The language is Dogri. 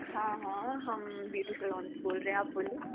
हां हां हम ब्यूटी सैलोन से बोल रहे हैं आप बोलें